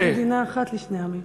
אתה מתכוון למדינה אחת לשני עמים.